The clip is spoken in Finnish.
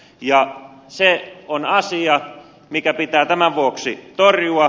ja se on asia mikä pitää tämän vuoksi torjua